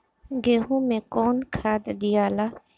गेहूं मे कौन खाद दियाला?